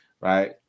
right